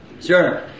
Sure